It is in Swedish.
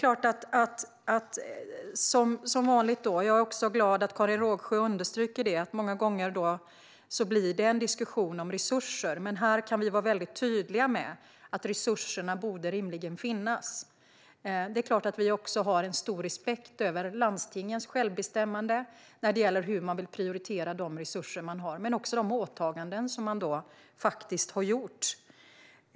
Jag är glad att Karin Rågsjö understryker att det många gånger blir en diskussion om resurser men att vi här kan vara tydliga med att resurserna rimligen borde finnas. Vi har stor respekt för landstingens självbestämmande när det gäller hur de vill prioritera de resurser de har. Men det handlar också om de åtaganden som de faktiskt har gjort.